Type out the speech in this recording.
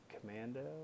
commando